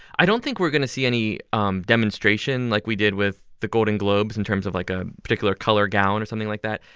i don't think we're going to see any um demonstration like we did with the golden globes in terms of, like, a particular color gown or something like that.